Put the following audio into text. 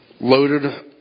loaded